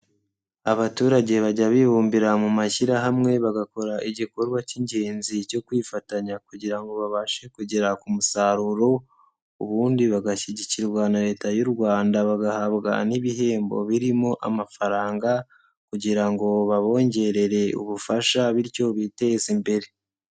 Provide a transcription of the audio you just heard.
Abaturage bajya bibumbira mu mashyirahamwe bagakora igikorwa k'ingenzi cyo kwifatanya kugira ngo babashe kugera ku musaruro, ubundi bagashyigikirwa na Leta y'u Rwanda bagahabwa n'ibihembo birimo amafaranga kugira ngo babongerere ubufasha bityo biteze imbere.